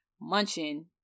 munching